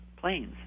planes